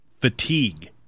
fatigue